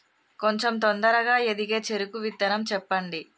కొంచం తొందరగా ఎదిగే చెరుకు విత్తనం చెప్పండి?